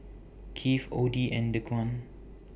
Kieth Odie and Dequan